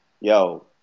yo